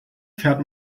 fährt